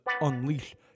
Unleash